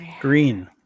Green